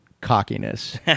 cockiness